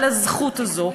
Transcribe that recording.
על הזכות הזאת,